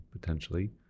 potentially